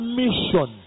mission